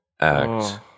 Act